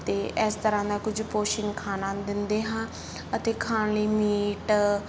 ਅਤੇ ਇਸ ਤਰ੍ਹਾਂ ਨਾਲ ਕੁਛ ਪੋਸ਼ਨ ਖਾਣਾ ਦਿੰਦੇ ਹਾਂ ਅਤੇ ਖਾਣ ਲਈ ਮੀਟ